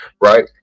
right